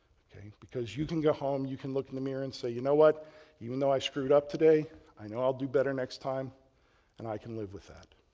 ok. because you can go home you can look in the mirror and say, you know what even though i screwed up today i know i'll do better next time and i can live with that.